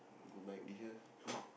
go back did you hear